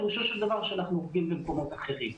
פירושו של דבר שאנחנו הורגים במקומות אחרים.